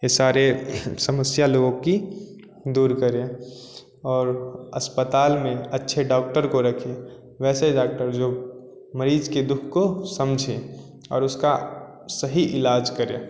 ये सारी समस्या लोगों की दूर करें और अस्पताल में अच्छे डॉक्टर को रखें वैसे डॉक्टर जो मरीज़ के दुख को समझें और उसका सही इलाज करें